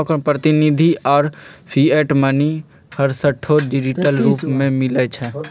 प्रतिनिधि आऽ fiat money हरसठ्ठो डिजिटल रूप में मिलइ छै